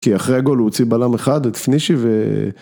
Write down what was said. כי אחרי הגול הוא הוציא בלם אחד את פנישי ו...